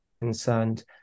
concerned